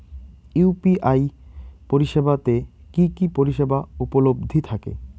UPI পরিষেবা তে কি কি পরিষেবা উপলব্ধি থাকে?